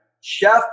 Chef